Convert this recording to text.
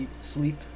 sleep